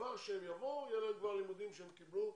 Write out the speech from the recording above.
כשהם יבואו כבר יהיה להם לימודים שהם קיבלו,